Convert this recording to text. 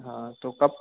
हाँ तो कब